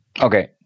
Okay